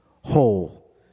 whole